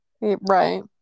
Right